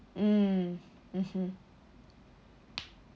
mm mmhmm